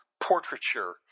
portraiture